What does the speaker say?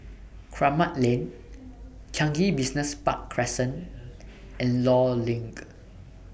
Kramat Lane Changi Business Park Crescent and law LINK